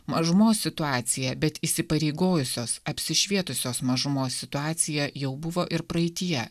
mažumos situacija bet įsipareigojusios apsišvietusios mažumos situacija jau buvo ir praeityje